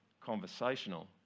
conversational